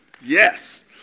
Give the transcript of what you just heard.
Yes